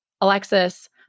Alexis